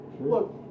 Look